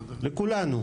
לכולנו,